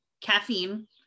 caffeine